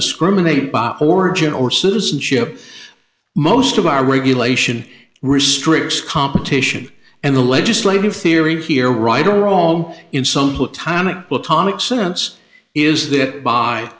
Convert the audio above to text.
discriminate by origin or citizenship most of our regulation restricts competition and the legislative theory here right or wrong in some platonic platonic sense is that by